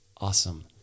awesome